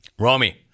Romy